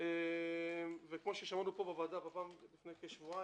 כמו ששמענו בוועדה פה לפני כשבועיים,